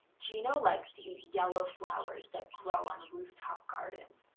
gino likes to eat yellow flowers that grow on rooftop gardens,